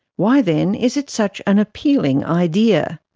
why then is it such an appealing idea?